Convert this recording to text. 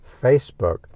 Facebook